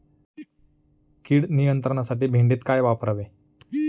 कीड नियंत्रणासाठी भेंडीत काय वापरावे?